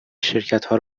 شرکتها